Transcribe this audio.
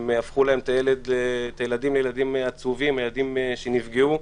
הפכו להם את הילדים לילדים עצובים, ילדים שנפגעו.